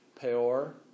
Peor